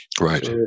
right